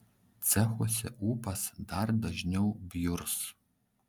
cechuose ūpas dar dažniau bjurs